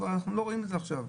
עכשיו אנחנו לא רואים את זה.